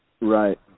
Right